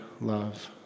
love